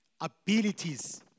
abilities